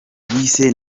yise